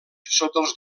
sota